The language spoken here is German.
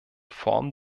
form